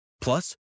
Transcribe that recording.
Plus